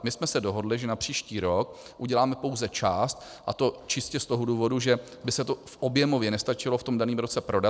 My jsme se dohodli, že na příští rok uděláme pouze část, a to čistě z toho důvodu, že by se to objemově nestačilo v tom daném roce prodat.